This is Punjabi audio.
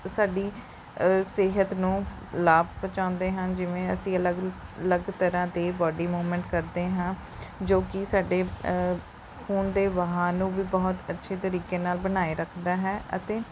ਸਾਡੀ ਸਿਹਤ ਨੂੰ ਲਾਭ ਪਹੁੰਚਾਉਂਦੇ ਹਨ ਜਿਵੇਂ ਅਸੀਂ ਅਲੱਗ ਅਲੱਗ ਤਰ੍ਹਾਂ ਦੀ ਬੋਡੀ ਮੂਵਮੈਂਟ ਕਰਦੇ ਹਾਂ ਜੋ ਕਿ ਸਾਡੇ ਖੂਨ ਦੇ ਵਹਾਅ ਨੂੰ ਵੀ ਬਹੁਤ ਅੱਛੇ ਤਰੀਕੇ ਨਾਲ ਬਣਾਈ ਰੱਖਦਾ ਹੈ ਅਤੇ